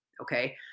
Okay